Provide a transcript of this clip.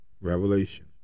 Revelation